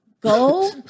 Go